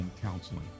Counseling